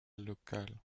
local